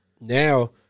now